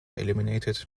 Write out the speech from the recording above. eliminated